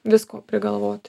visko prigalvoti